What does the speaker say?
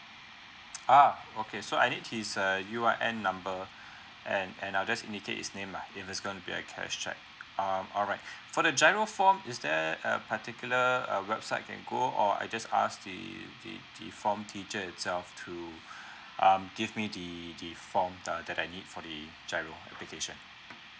ah okay so I need his uh U I N number and and I'll just indicate his name lah if its going to be gonna be a cash cheque um for the giro form is there a particular a website that go or I just ask the the the form teacher itself to um give me the the form the that I need for the giro application